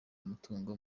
umutungo